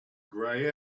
grey